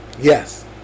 Yes